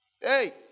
Hey